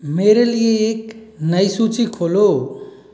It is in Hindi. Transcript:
मेरे लिए एक नई सूची खोलो